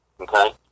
okay